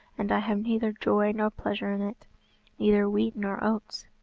and i have neither joy nor pleasure in it neither wheat nor oats?